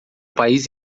país